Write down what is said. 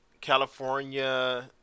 California